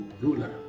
ruler